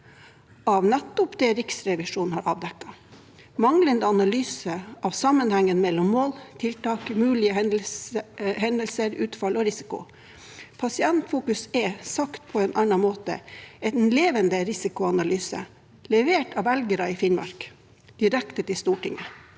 av nettopp det Riksrevisjonen har avdekket: manglende analyse av sammenhengen mellom mål, tiltak, mulige hendelser, utfall og risiko. Pasientfokus er, sagt på en annen måte, en levende risikoanalyse levert av velgere i Finnmark direkte til Stortinget.